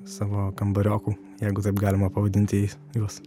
savo kambariokų jeigu taip galima pavadint juos